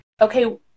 Okay